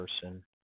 person